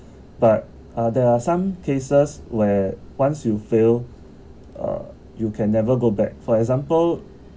but uh there are some cases where once you fail uh you can never go back for example